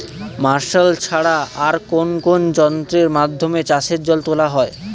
Martial ছাড়া আর কোন কোন যন্ত্রেরর মাধ্যমে চাষের জল তোলা হয়?